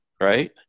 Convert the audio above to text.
right